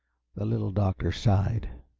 the little doctor sighed.